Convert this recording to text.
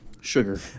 sugar